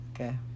Okay